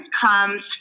comes